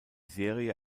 serie